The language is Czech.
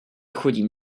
chodím